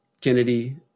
Kennedy